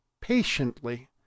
patiently